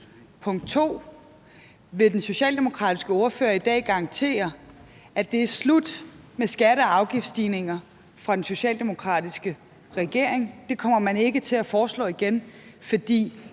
Punkt to: Vil den socialdemokratiske ordfører i dag garantere, at det er slut med skatte- og afgiftsstigninger fra den socialdemokratiske regerings side, og at man ikke kommer til at foreslå det igen? For